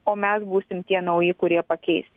o mes būsim tie nauji kurie pakeis